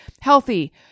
healthy